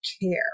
care